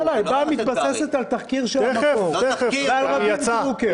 מתבססת על תחקיר של "המקור" ועל רביב דרוקר.